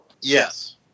Yes